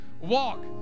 walk